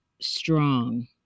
strong